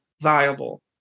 viable